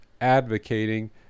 advocating